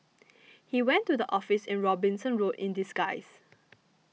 he went to the office in Robinson Road in disguise